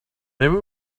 maybe